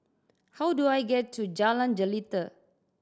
how do I get to Jalan Jelita